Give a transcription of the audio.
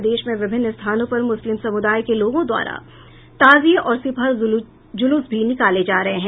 प्रदेश के विभिन्न स्थानों पर मुस्लिम समुदाय के लोगों द्वारा ताज़िये और सिपहर ज़ुलूस भी निकाले जा रहे हैं